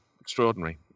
extraordinary